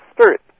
spirit